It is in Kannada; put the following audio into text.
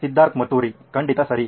ಸಿದ್ಧಾರ್ಥ್ ಮತುರಿ ಖಂಡಿತ ಸರಿ